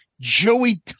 Joey